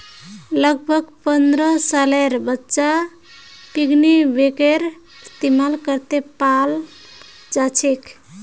लगभग पन्द्रह सालेर बच्चा पिग्गी बैंकेर इस्तेमाल करते पाल जाछेक